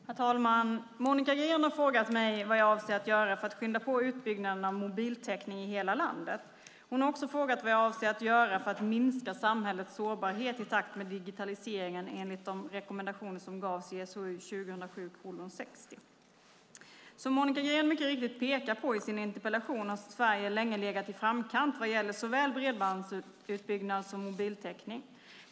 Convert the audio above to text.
Herr talman! Monica Green har frågat mig vad jag avser att göra för att skynda på utbyggnaden av mobiltäckning i hela landet. Hon har också frågat vad jag avser att göra för att minska samhällets sårbarhet i takt med digitaliseringen enligt de rekommendationer som gavs i SOU 2007:60. Som Monica Green mycket riktigt pekar på i sin interpellation har Sverige länge legat i framkant vad gäller såväl bredbandsutbyggnad som mobiltäckning.